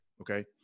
Okay